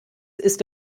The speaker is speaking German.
ist